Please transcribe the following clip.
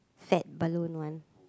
sad balloon one